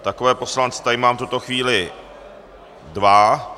Takové poslance tady mám v tuto chvíli dva.